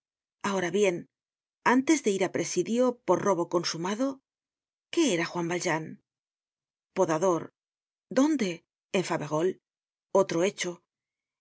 ahora bien antes de ir á presidio por robo consumado qué era juan valjean podador dónde en faverolles otro hecho